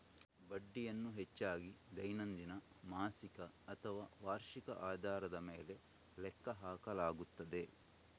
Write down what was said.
ಬಡ್ಡಿಯನ್ನು ಹೆಚ್ಚಾಗಿ ದೈನಂದಿನ, ಮಾಸಿಕ ಅಥವಾ ವಾರ್ಷಿಕ ಆಧಾರದ ಮೇಲೆ ಲೆಕ್ಕ ಹಾಕಲಾಗುತ್ತದೆ